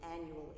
annually